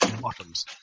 bottoms